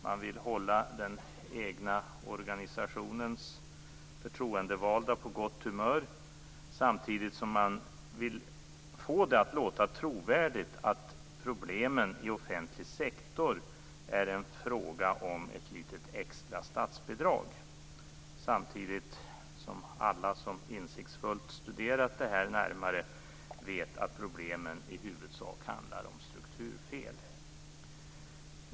Man vill hålla den egna organisationens förtroendevalda på gott humör samtidigt som man vill få det att låta trovärdigt att problemen i offentlig sektor är en fråga om ett litet extra statsbidrag. Alla som insiktsfullt studerat detta närmare vet att problemen i huvudsak handlar om strukturfel.